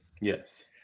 Yes